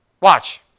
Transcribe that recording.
Watch